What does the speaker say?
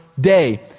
day